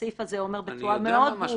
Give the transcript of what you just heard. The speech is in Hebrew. הסעיף הזה אומר בצורה ברורה מאוד,